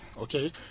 okay